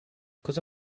cosa